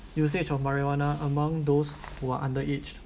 usage of marijuana among those who are under aged